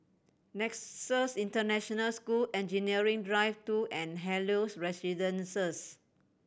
Nexus International School Engineering Drive Two and Helios Residences